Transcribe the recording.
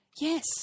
Yes